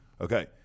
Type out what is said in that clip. Okay